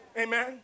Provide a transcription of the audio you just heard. Amen